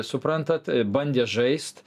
suprantat bandė žaist